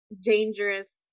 dangerous